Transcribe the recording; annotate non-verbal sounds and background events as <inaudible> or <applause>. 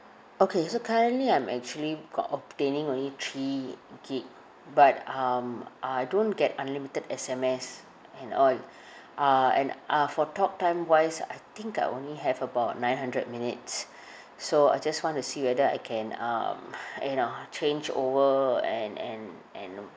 okay so currently I'm actually got obtaining only three gig but um I don't get unlimited S_M_S and all <breath> ah and ah for talktime wise I think I only have about nine hundred minutes <breath> so I just want to see whether I can um you know change over and and and